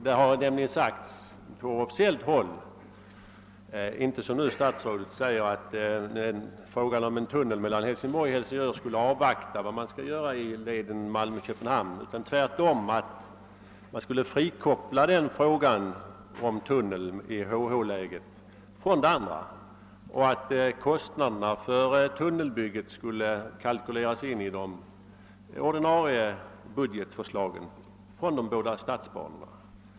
Det har nämligen sagts från officiellt håll — i motsats till vad statsrådet nu säger, att man beträffande tunneln mellan Hälsingborg och Helsingör skall avvakta hur det skall förfaras med leden Malmö —Köpenhamn — att frågan om HH-tunneln skulle frikopplas från det andra projektet och att kostnaderna för HH tunneln skulle kalkyleras in i de ordinarie budgetförslagen från de båda statsbanorna.